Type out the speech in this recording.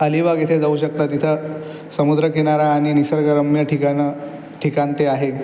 अलिबाग इथे जाऊ शकता तिथं समुद्रकिनारा आणि निसर्गरम्य ठिकाणं ठिकाण ते आहे